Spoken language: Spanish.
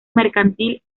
mercantil